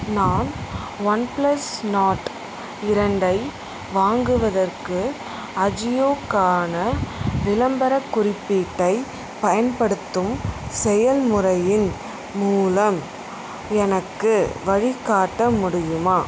நான் one plus Nord இரண்டை வாங்குவதற்கு அஜியோக்கான விளம்பரக் குறிப்பீட்டை பயன்படுத்தும் செயல்முறையின் மூலம் எனக்கு வழிகாட்ட முடியுமா